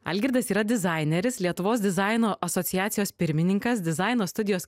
algirdas yra dizaineris lietuvos dizaino asociacijos pirmininkas dizaino studijos